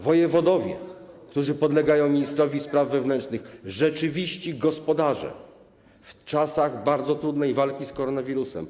Wojewodowie, którzy podlegają ministrowi spraw wewnętrznych, to rzeczywiści gospodarze w czasach bardzo trudnej walki z koronawirusem.